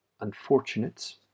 unfortunates